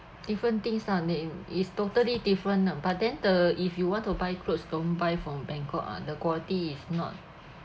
different things ah there is totally different ah but then the if you want to buy clothes don't buy from bangkok ah the quality is not